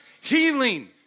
healing